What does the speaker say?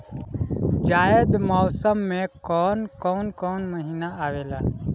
जायद मौसम में कौन कउन कउन महीना आवेला?